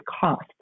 cost